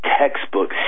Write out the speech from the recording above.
textbook